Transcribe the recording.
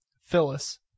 Phyllis